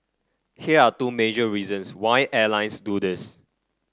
here are two major reasons why airlines do this